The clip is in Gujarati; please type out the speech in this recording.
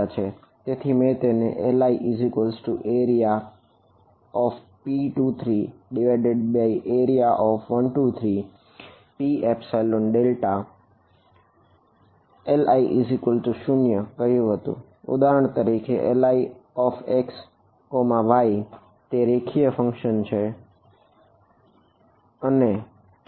તેથી મેં તેને LiAreaP23Area123PLi0 કહ્યું છે ઉદાહરણ તરીકે Lixy તે રેખીય ફંક્શન તરીકે ફેરવાઈ જશે બરાબર